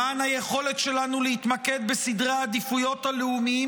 למען היכולת שלנו להתמקד בסדרי העדיפויות הלאומיים